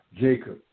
Jacob